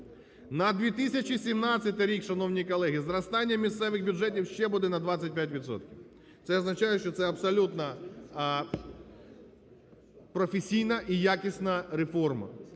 На 2017 рік, шановні колеги, зростання місцевих бюджетів ще буде на 25 відсотків. Це означає, що це абсолютно професійна і якісна реформа.